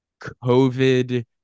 COVID